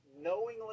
knowingly